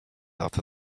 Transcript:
after